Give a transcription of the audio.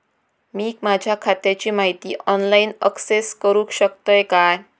मी माझ्या खात्याची माहिती ऑनलाईन अक्सेस करूक शकतय काय?